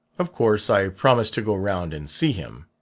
of course i promised to go round and see him.